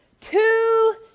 Two